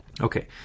Okay